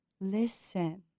listen